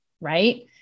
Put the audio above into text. right